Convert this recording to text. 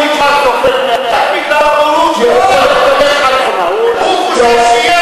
הוא לא שר,